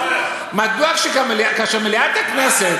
מדוע, כאשר מליאת הכנסת